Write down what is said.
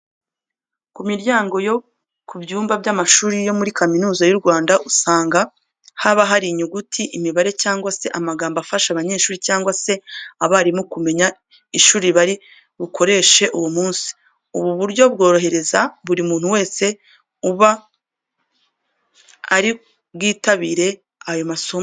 Ku miryango yo ku byumba by'amashuri yo muri Kaminuza y'u Rwanda, usanga haba hari inyuguti, imibare cyangwa se amagambo afasha abanyeshuri cyangwa se abarimu kumenya ishuri bari bukoreshe uwo munsi. Ubu buryo byorohereza buri muntu wese uba ari bwitabire ayo masomo.